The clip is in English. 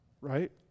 Right